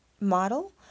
model